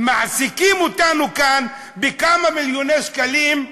מעסיקים אותנו כאן בכמה מיליוני שקלים,